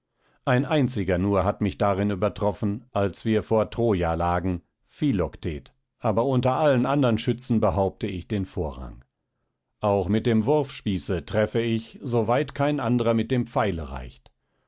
ein einziger nur hat mich darin übertroffen als wir vor troja lagen philoktet aber unter allen andern schützen behauptete ich den vorrang auch mit dem wurfspieße treffe ich so weit kein anderer mit dem pfeile reicht